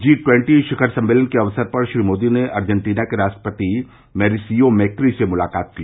जी twenty शिखर सम्मेलन के अवसर पर श्री मोदी ने अर्जेटीना के राष्ट्रपति मौरिसियो मेक्री से मुलाकात की